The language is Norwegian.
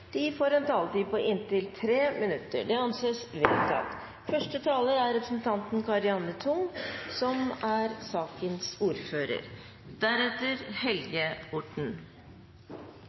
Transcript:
får en taletid på inntil 3 minutter. – Det anses vedtatt.